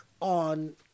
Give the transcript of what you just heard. on